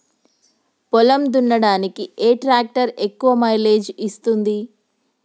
పొలం దున్నడానికి ఏ ట్రాక్టర్ ఎక్కువ మైలేజ్ ఇస్తుంది?